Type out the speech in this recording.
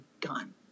done